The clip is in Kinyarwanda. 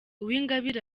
uwingabire